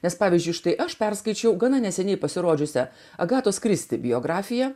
nes pavyzdžiui štai aš perskaičiau gana neseniai pasirodžiusią agatos kristi biografiją